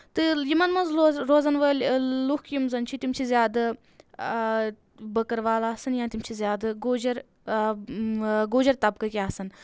تہٕ یِمَن منٛز روز روزن وٲلۍ لُکھ یِم زَن چھِ تِم چھِ زیادٕ بٔکروالہٕ آسان یا تِم چھِ زیادٕ گوجَر گوجر طبقٕکۍ آسان